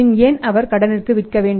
பின் ஏன் அவர் கடனுக்கு விற்க வேண்டும்